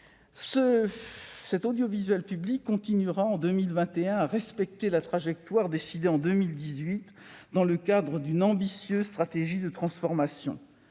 Cet audiovisuel public continuera en 2021 à respecter la trajectoire décidée en 2018 dans le cadre d'une ambitieuse stratégie de transformation.